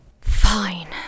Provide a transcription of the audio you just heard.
Fine